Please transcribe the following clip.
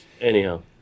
Anyhow